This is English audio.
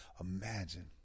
Imagine